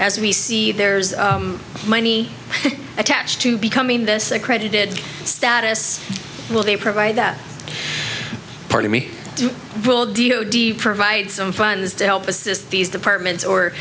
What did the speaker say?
as we see there's money attached to becoming this accredited status will they provide that part of me will d o d provide some funds to help assist these departments or